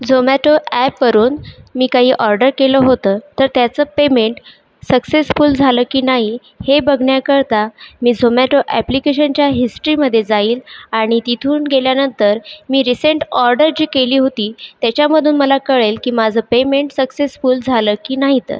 झोमॅटो ॲपवरून मी काही ऑर्डर केलं होतं तर त्याचं पेमेंट सक्सेसफुल झालं की नाही हे बघण्याकरता मी झोमॅटो एप्लीकेशनच्या हिस्टरी मध्ये जाईन आणि तिथून गेल्यानंतर मी रिसेंट ऑर्डर जी केली होती त्याच्यामधून मला कळेल की माझं पेमेंट सक्सेसफुल झालं की नाही तर